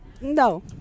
no